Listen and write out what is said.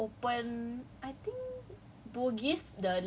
oh but library now they open